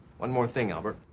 one more thing, albert.